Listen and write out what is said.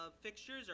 fixtures